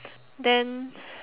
then